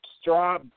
straw